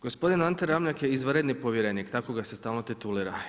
Gospodin Ante Ramljak je izvanredni povjerenik, tako se stalno titulira.